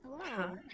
Hello